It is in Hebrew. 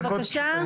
בבקשה,